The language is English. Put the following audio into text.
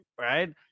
Right